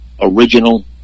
original